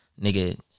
Nigga